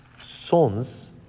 Sons